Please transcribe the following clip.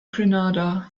grenada